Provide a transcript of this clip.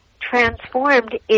transformed